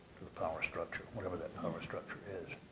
power structure, whatever that power structure is.